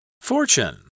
Fortune